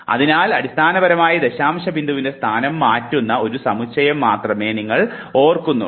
അതിനാൽ അടിസ്ഥാനപരമായി ദശാംശ ബിന്ദുവിൻറെ സ്ഥാനം മാറ്റുന്ന ഒരു സമുച്ചയം മാത്രമേ നിങ്ങൾ ഓർക്കുന്നുള്ളൂ